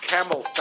Camel